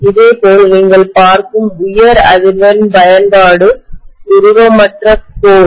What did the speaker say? இதேபோல் நீங்கள் பார்க்கும் உயர் அதிர்வெண் பயன்பாடு உருவமற்ற கோர்